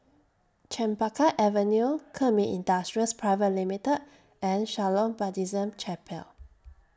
Chempaka Avenue Kemin Industries Private Limited and Shalom Baptist Chapel